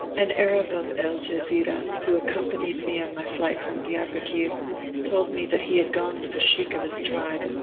an arab of el-jezira, who accompanied me on my flight from diarbekir, told me that he had gone with a sheikh of his tribe,